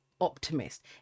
Optimist